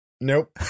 Nope